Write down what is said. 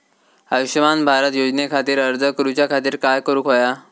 आयुष्यमान भारत योजने खातिर अर्ज करूच्या खातिर काय करुक होया?